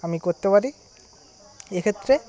আমি করতে পারি এক্ষেত্রে